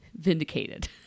vindicated